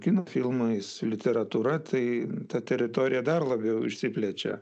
kino filmais literatūra tai ta teritorija dar labiau išsiplečia